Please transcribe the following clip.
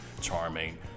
charming